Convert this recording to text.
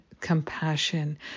compassion